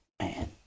Man